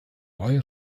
neue